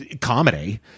comedy